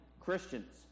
Christians